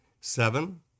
seven